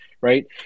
right